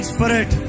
Spirit